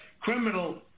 criminal